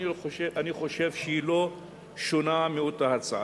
אני חושב שהיא לא שונה מאותה הצעה.